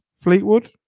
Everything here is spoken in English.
Fleetwood